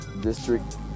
District